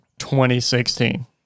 2016